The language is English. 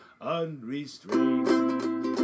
unrestrained